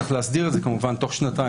צריך להסדיר את זה כמובן תוך שנתיים.